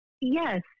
yes